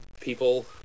people